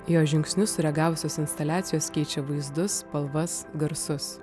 jo žingsniu sureagavusios instaliacijos keičia vaizdus spalvas garsus